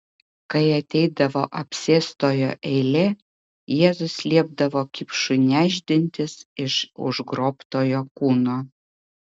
kai ateidavo apsėstojo eilė jėzus liepdavo kipšui nešdintis iš užgrobtojo kūno